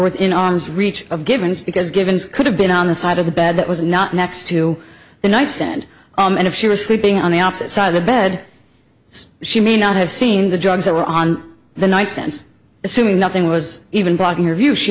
within arm's reach of givens because givens could have been on the side of the bed that was not next to the nightstand and if she was sleeping on the opposite side of the bed she may not have seen the drugs that were on the nightstand assuming nothing was even blocking your view she